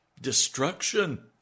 destruction